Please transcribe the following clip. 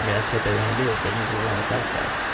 i mean that's what they want to do, businesses want to sell stuff.